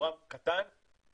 ששיעורם קטן כי